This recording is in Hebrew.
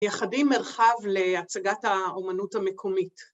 ‫מיחדים מרחב להצגת האומנות המקומית.